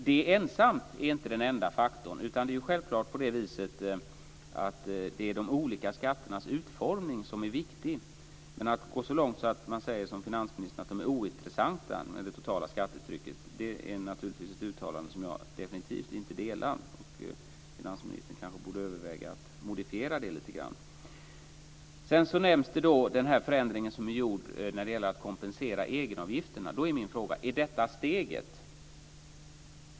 Det ensamt är inte den enda faktorn, utan det är självfallet de olika skatternas utformning som är viktig. Men när finansministern går så långt som att säga att det totala skattetrycket är ointressant, är det ett uttalande som jag naturligtvis definitivt inte instämmer i. Finansministern kanske borde överväga att modifiera det. Sedan nämns den förändring som är gjord när det gäller att kompensera egenavgifterna. Min fråga är då: Är detta steget?